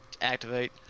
activate